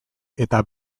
eta